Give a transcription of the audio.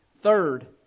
Third